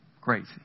Crazy